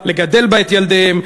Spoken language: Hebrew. לגדל בה את ילדיהם,